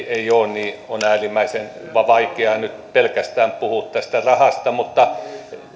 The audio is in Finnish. ole niin on äärimmäisen vaikeaa puhua nyt pelkästään tästä rahasta